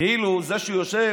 כאילו שזה שהוא יושב